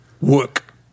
Work